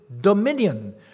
dominion